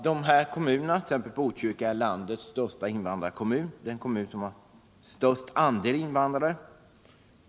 Botkyrka kommun är den kommun som har den största andelen invandrare i landet.